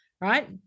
right